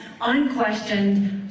unquestioned